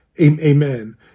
Amen